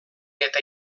eta